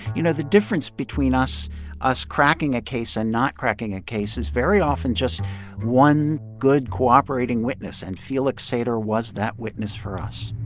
you know, the difference between us us cracking a case and not cracking a case is very often just one good, cooperating witness. and felix sater was that witness for us